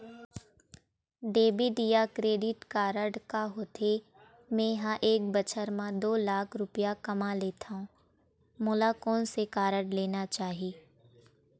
Debit या credit card का होथे, मे ह एक बछर म दो लाख रुपया कमा लेथव मोला कोन से कारड लेना चाही?